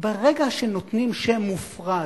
ברגע שנותנים שם מופרז,